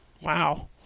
wow